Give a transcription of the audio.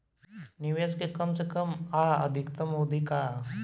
निवेश के कम से कम आ अधिकतम अवधि का है?